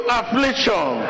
affliction